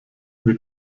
wir